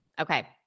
Okay